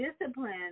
discipline